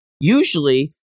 usually